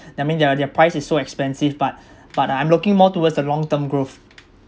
I mean their their price is so expensive but but I'm looking more towards the long term growth